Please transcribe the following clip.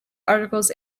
articles